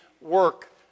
work